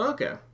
Okay